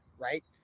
right